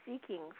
seeking